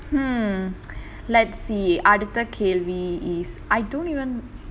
hmm let's see அடுத்த கேள்வி:adutha kelvi is I don't even